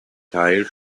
teil